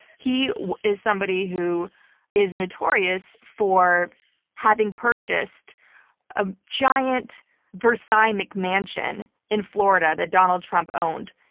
he is somebody who is notorious for having purchased a giant versaille mcmansion in florida that donald trump owned.